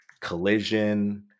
collision